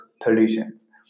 pollutions